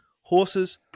horses